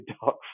Dark